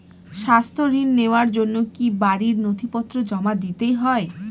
স্বাস্থ্য ঋণ নেওয়ার জন্য কি বাড়ীর নথিপত্র জমা দিতেই হয়?